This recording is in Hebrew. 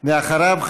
ואחריו,